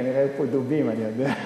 כנראה היו פה דובים, אני יודע?